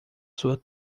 sua